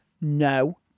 No